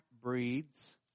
breeds